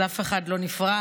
אז אף אחד לא נפרד,